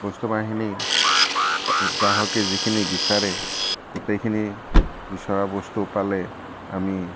বস্তু বাহিনী গ্ৰাহকে যিখিনি বিচাৰে গোটেইখিনি বিচৰা বস্তু পালে আমি